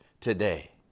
today